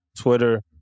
Twitter